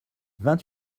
vingt